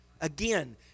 Again